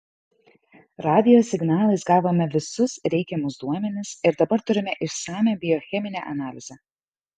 radijo signalais gavome visus reikiamus duomenis ir dabar turime išsamią biocheminę analizę